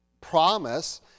promise